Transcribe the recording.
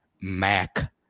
Mac